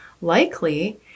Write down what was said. Likely